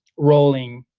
rolling,